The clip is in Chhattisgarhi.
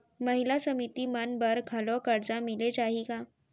महिला समिति मन बर घलो करजा मिले जाही का?